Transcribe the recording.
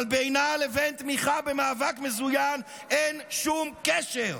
אבל בינה לבין תמיכה במאבק מזוין אין שום קשר.